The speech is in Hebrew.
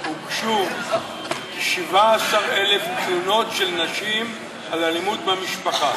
הוגשו 17,000 תלונות של נשים על אלימות במשפחה.